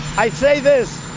i say this.